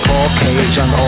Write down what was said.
Caucasian